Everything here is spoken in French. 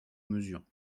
mesures